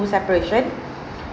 a separation